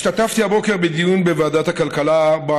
השתתפתי הבוקר בדיון בוועדת הכלכלה שבו